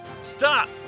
Stop